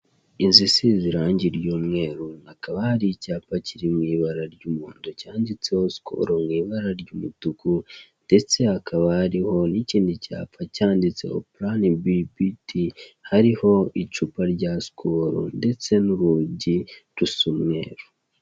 Inzu isize irangi ry'umweru hakaba hari icyapa kiri mu ibara ry'umuhondo cyanditseho sikolo mu ibara ry'umutuku ndetse hakaba hariho n'ikindi cyapa cyanditseho purani bi biti, hariho icupa rya sikolo ndetse n'urugi rusa umweru.